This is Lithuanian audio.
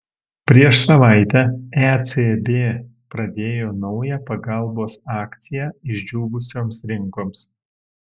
prieš savaitę ecb pradėjo naują pagalbos akciją išdžiūvusioms rinkoms